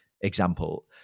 example